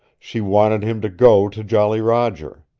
she wanted him to go to jolly roger.